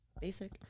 Basic